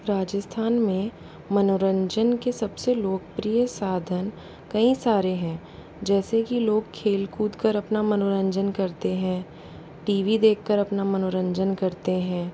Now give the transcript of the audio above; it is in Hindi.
राजस्थान मे मनोरंजन के सबसे लोकप्रिय साधन कई सारे हैं जैसे कि लोग खेल कूद कर अपना मनोरंजन करते हैं टी वी देख कर अपना मनोरंजन करते हैं